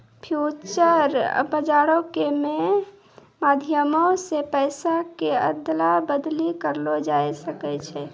future बजारो के मे माध्यमो से पैसा के अदला बदली करलो जाय सकै छै